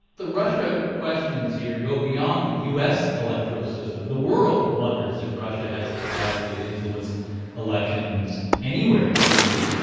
the russia questions here go beyond the u s. electoral system. the world wonders if russia has the capacity to influence elections anywhere, really.